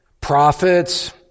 prophets